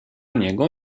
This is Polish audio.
niego